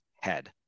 head